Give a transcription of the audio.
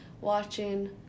watching